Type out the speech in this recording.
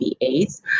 AIDS